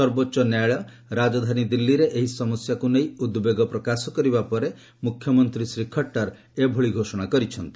ସର୍ବୋଚ୍ଚ ନ୍ୟାୟାଳୟ ରାଜଧାନୀ ଦିଲ୍ଲୀରେ ଏହି ସମସ୍ୟାକୁ ନେଇ ଉଦ୍ବେଗ ପ୍ରକାଶ କରିବା ଫଳରେ ମୁଖ୍ୟମନ୍ତ୍ରୀ ଶ୍ରୀ ଖଟ୍ଟର ଏଭଳି ଘୋଷଣା କରିଛନ୍ତି